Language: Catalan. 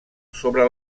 sobre